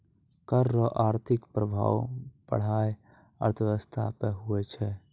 कर रो आर्थिक प्रभाब पढ़ाय अर्थशास्त्र मे हुवै छै